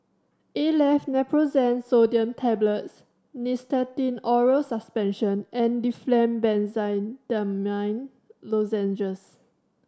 Aleve Naproxen Sodium Tablets Nystatin Oral Suspension and Difflam Benzydamine Lozenges